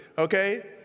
Okay